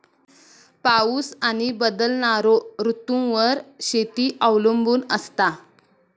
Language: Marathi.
पाऊस आणि बदलणारो ऋतूंवर शेती अवलंबून असता